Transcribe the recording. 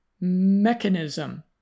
mechanism